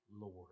Lord